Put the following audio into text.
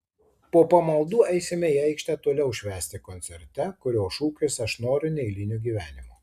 po pamaldų eisime į aikštę toliau švęsti koncerte kurio šūkis aš noriu neeilinio gyvenimo